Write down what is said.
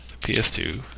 PS2